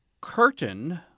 curtain